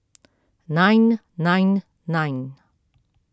nine nine nine